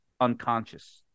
unconscious